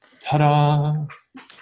Ta-da